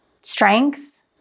strengths